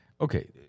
Okay